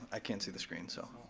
i can't see the screen, so,